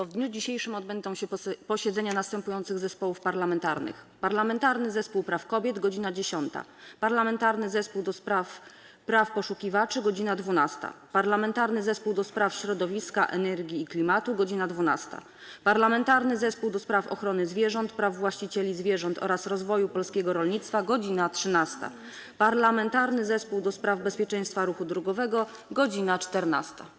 W dniu dzisiejszym odbędą się posiedzenia następujących zespołów parlamentarnych: - Parlamentarnego Zespołu Praw Kobiet - godz. 10, - Parlamentarnego Zespołu ds. Praw Poszukiwaczy - godz. 12, - Parlamentarnego Zespołu ds. Środowiska, Energii i Klimatu - godz. 12, - Parlamentarnego Zespołu ds. Ochrony Zwierząt, Praw Właścicieli Zwierząt oraz Rozwoju Polskiego Rolnictwa - godz. 13, - Parlamentarnego Zespołu ds. Bezpieczeństwa Ruchu Drogowego - godz. 14.